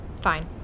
Fine